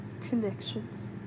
connections